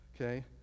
okay